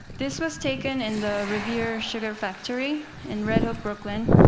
this was taken in the riviera sugar factory in red hook, brooklyn.